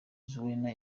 zuena